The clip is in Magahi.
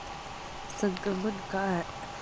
संक्रमण का है?